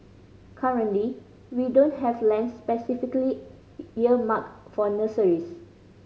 currently we don't have lands specifically earmarked for nurseries